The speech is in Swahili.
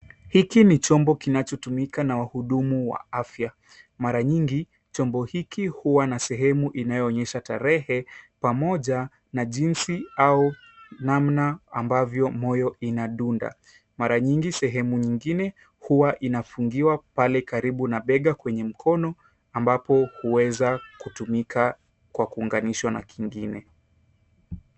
Hiki ni chombo kinachotumika na wahudumu wa afya. Mara nyingi chombo hiki huwa na sehemu inayoonyesha tarehe pamoja na jinsi au namna ambavyo moyo inadunda. Mara nyingi sehemu nyingine huwa inafungiwa pale karibu na bega kwenye mkono ambapo huweza kutumika kwa kuunganishwa na kingine.